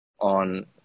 on